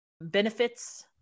benefits